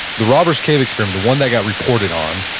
the robbers cave experiment, the one that got reported on,